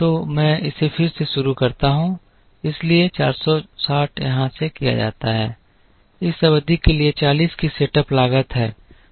तो मैं इसे फिर से शुरू से करता हूं इसलिए 460 यहां से किया जाता है इस अवधि के लिए 40 की सेटअप लागत है